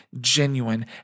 genuine